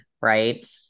right